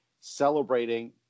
celebrating